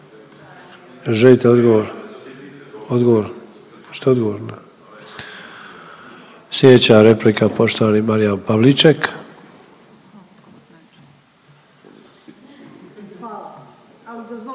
želite odgovor, odgovor, hoćete odgovor na? Slijedeća replika poštovani Marijan Pavliček.